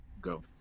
go